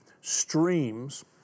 streams